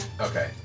Okay